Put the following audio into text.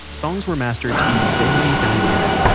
songs were mastered to be very dynamic.